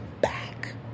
back